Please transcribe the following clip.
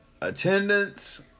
attendance